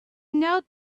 knelt